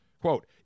Quote